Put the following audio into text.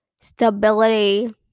stability